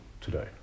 today